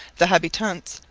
the habitants,